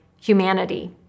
humanity